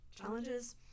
challenges